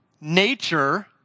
nature